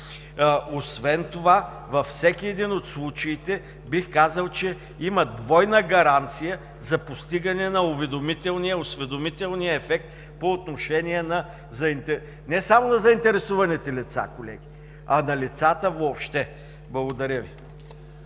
Освен това във всеки един от случаите, бих казал, че има двойна гаранция за постигане на уведомителния, осведомителния ефект по отношение не само на заинтересованите лица, колеги, а на лицата въобще. Благодаря.